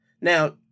Now